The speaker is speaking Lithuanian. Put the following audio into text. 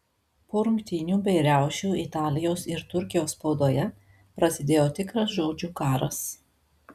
po rungtynių bei riaušių italijos ir turkijos spaudoje prasidėjo tikras žodžių karas